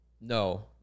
no